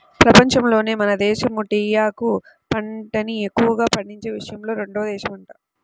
పెపంచంలోనే మన దేశమే టీయాకు పంటని ఎక్కువగా పండించే విషయంలో రెండో దేశమంట